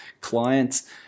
clients